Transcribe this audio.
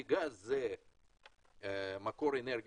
אסור לייצא גז כי גז זה מקור אנרגיה